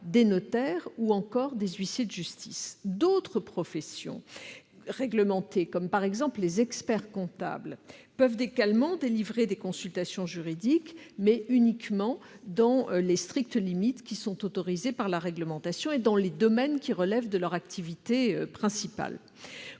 les notaires ou encore les huissiers de justice. D'autres professions réglementées, par exemple les experts-comptables, peuvent également délivrer des consultations juridiques, mais uniquement dans les strictes limites qui sont autorisées par la réglementation et dans les domaines qui relèvent de leur activité principale.